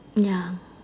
ya